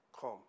come